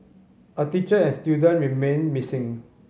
a teacher and student remain missing